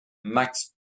max